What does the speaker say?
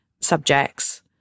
subjects